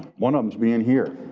one of them is being here.